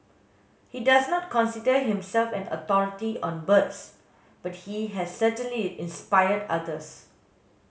he does not consider himself an authority on birds but he has certainly inspired others